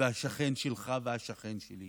והשכן שלך והשכן שלי